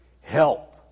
help